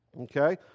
Okay